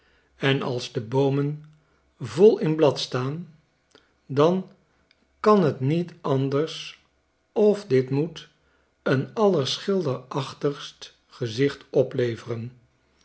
en als de boomen vol in blad staan dan kan t niet anders of dit moet een allerschilderachtigst gezicht opleveren